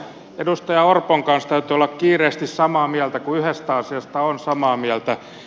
edustaja orpon kanssa täytyy olla kiireesti samaa mieltä kun yhdestä asiasta on samaa mieltä